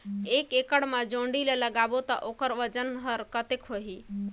एक एकड़ मा जोणी ला लगाबो ता ओकर वजन हर कते होही?